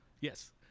yes